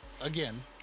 again